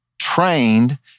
trained